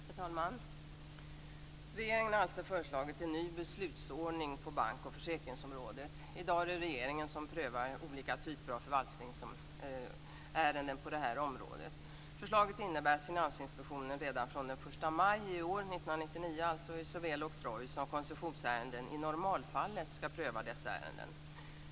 Herr talman! Regeringen har alltså föreslagit en ny beslutsordning på bank och försäkringsområdet. I dag är det regeringen som prövar olika typer av förvaltningsärenden på det här området. Förslaget innebär att Finansinspektionen redan från den 1 maj i år, i såväl oktroj som koncessionsärenden i normalfallet skall göra prövningen.